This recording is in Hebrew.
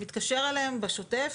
מתקשר אליהם בשוטף,